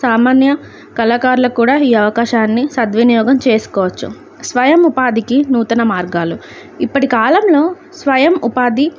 సామాన్య కళాకారులకు కూడా ఈ అవకాశాన్ని సద్వినియోగం చేసుకోవచ్చు స్వయం ఉపాధికి నూతన మార్గాలు ఇప్పటి కాలంలో స్వయం ఉపాధి